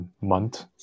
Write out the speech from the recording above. month